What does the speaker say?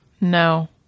No